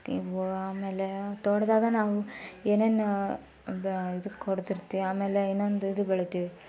ಇವು ಆಮೇಲೆ ತೋಟದಾಗ ನಾವು ಏನೇನು ಬ್ಯಾ ಇದಕ್ಕೆ ಹೊಡ್ದಿರ್ತೀವಿ ಆಮೇಲೆ ಇನ್ನೊಂದು ಇದು ಬೆಳಿತೀವಿ